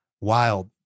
wild